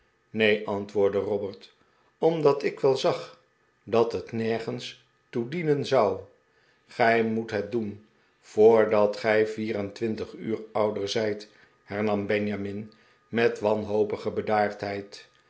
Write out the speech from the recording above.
neen antwoordde robert omdat ik wel zag dat het nergens toe dienen zou gij moet het doen voordat gij vier en twintig uur puder zijt hernam benjamin met wanhopige